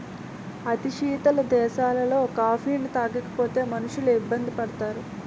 అతి శీతల దేశాలలో కాఫీని తాగకపోతే మనుషులు ఇబ్బంది పడతారు